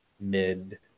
mid